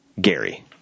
Gary